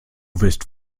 wirst